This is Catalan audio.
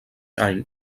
any